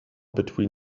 between